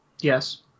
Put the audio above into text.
Yes